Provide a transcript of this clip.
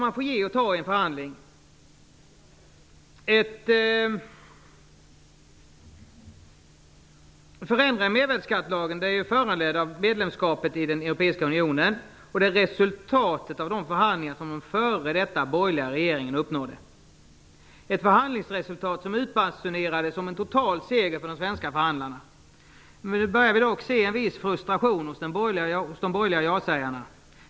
Man får ge och ta i en förhandling. Förändringarna i mervärdesskattelagen är föranledd av medlemskapet i den europeiska unionen, som är resultat av de förhandlingar som den f.d. borgerliga regeringen uppnådde. Det var ett förhandlingsresultat som utbasunerades som en total seger för de svenska förhandlarna. Nu börjar vi dock se en viss frustration hos de borgerliga ja-sägarna.